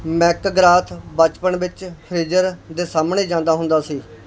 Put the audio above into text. McGrath ਬਚਪਨ ਵਿੱਚ freezer ਦੇ ਸਾਹਮਣੇ ਜਾਂਦਾ ਹੁੰਦਾ ਸੀ